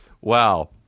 Wow